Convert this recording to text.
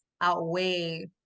outweigh